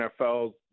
NFL